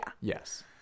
Yes